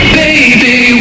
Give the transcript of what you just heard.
baby